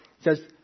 says